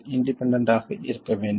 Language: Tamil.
இண்டிபெண்டண்ட் ஆக இருக்க வேண்டும்